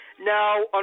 Now